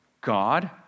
God